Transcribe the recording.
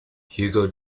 hugo